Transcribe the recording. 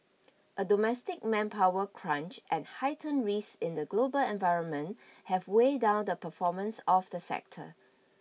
a domestic manpower crunch and heightened risk in the global environment have weighed down the performance of the sector